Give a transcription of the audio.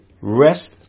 rest